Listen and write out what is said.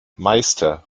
meister